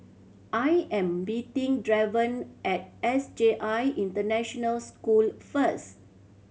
I am meeting Draven at S J I International School first